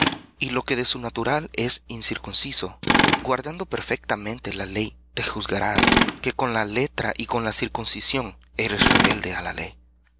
y lo que de su natural es incircunciso guardando perfectamente la ley te juzgará á ti que con la letra y con la circuncisión eres rebelde á la ley